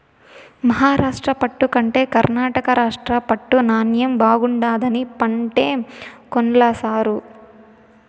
మహారాష్ట్ర పట్టు కంటే కర్ణాటక రాష్ట్ర పట్టు నాణ్ణెం బాగుండాదని పంటే కొన్ల సారూ